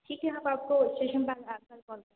ठीक है हम आपको स्टेशन पास आ कर कॉल कर